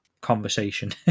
conversation